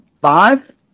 Five